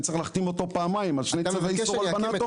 וצריך להחתים אותו פעמיים על שני צווי איסור הלבנת הון.